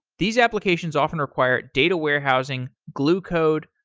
these applications often require data warehousing, glue code,